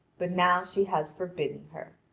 but now she has forbidden her.